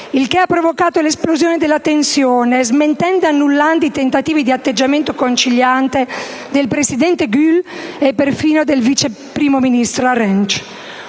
il che ha provocato l'esplosione della tensione, smentendo e annullando i tentativi di un atteggiamento conciliante del presidente Gül e perfino del vice primo ministro Arinç.